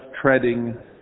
treading